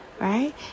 Right